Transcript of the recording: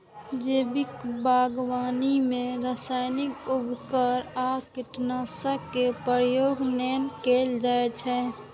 जैविक बागवानी मे रासायनिक उर्वरक आ कीटनाशक के प्रयोग नै कैल जाइ छै